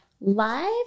Live